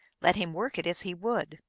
let him work it as he would.